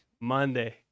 Monday